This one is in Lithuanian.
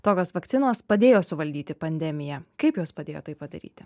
tokios vakcinos padėjo suvaldyti pandemiją kaip jos padėjo tai padaryti